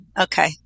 Okay